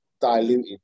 diluted